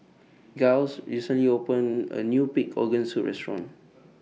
Giles recently opened A New Pig Organ Soup Restaurant